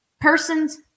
persons